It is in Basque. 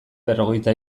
berrogeita